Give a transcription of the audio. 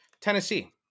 Tennessee